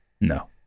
No